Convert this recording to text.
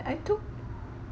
I took